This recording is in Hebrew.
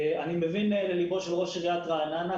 אני מבין ללבו של ראש עיריית רעננה,